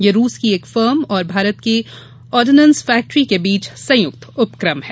यह रूस की एक फर्म और भारत की आडिनेंस फैक्टरी के बीच संयुक्त उपक्रम है